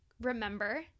remember